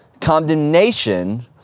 condemnation